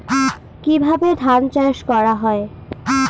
কিভাবে ধান চাষ করা হয়?